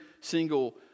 single